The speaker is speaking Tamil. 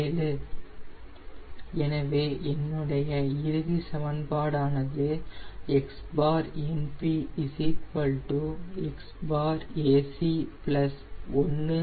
8227 எனவே என்னுடைய இறுதி சமன்பாடு ஆனது XNP Xac 1 ∗ 0